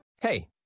Hey